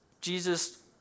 Jesus